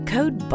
Code